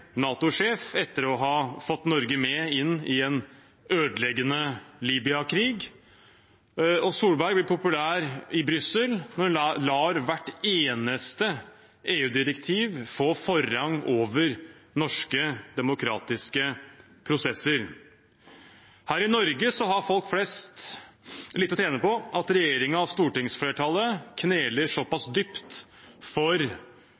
etter å ha fått Norge med inn i en ødeleggende Libya-krig, og Solberg blir populær i Brussel når hun lar hvert eneste EU-direktiv få forrang over norske demokratiske prosesser. Her i Norge har folk flest lite å tjene på at regjeringen og stortingsflertallet kneler såpass dypt for